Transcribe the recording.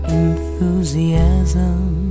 enthusiasm